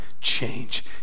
change